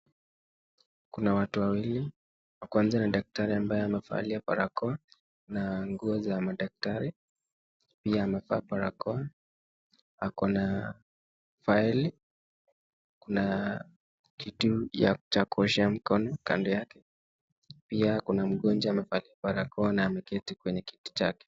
Kuna watu wawili, wa kwanza ni daktari ambaye amevalia barakoa na nguo za madaktari pia amevaa barakoa, ako na faili ,kuna kitu cha kuoshea mkono kando yake ,pia kuna mgonjwa amevaa barakoa na ameketi kwenye kiti chake.